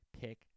pick